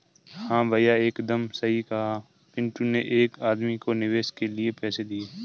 हां भैया एकदम सही कहा पिंटू ने एक आदमी को निवेश के लिए पैसे दिए